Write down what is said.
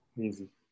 Easy